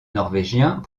norvégiens